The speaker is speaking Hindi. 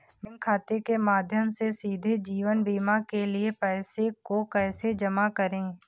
बैंक खाते के माध्यम से सीधे जीवन बीमा के लिए पैसे को कैसे जमा करें?